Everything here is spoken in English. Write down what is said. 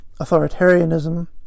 authoritarianism